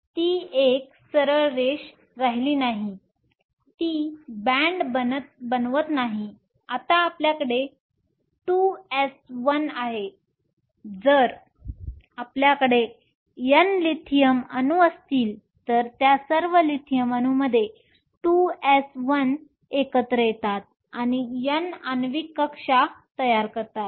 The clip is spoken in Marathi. तर ती एक सरळ रेषा राहिली आहे ती बँड बनवत नाही आता आपल्याकडे 2s1 आहे जर आपल्याकडे N लिथियम अणू असतील तर त्या सर्व लिथियम अणूंपैकी 2s1 एकत्र येतात आणि N आण्विक कक्षा तयार करतात